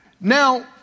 Now